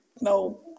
no